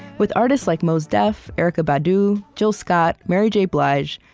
with artists like mos def, erykah badu, jill scott, mary j. blige.